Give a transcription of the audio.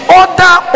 order